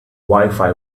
wifi